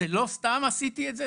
לא סתם עשיתי את זה,